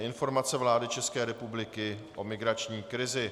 Informace vlády České republiky o migrační krizi